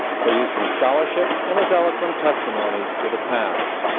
for use in scholarship, and as eloquent testimonies to the past.